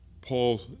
Paul